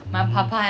mm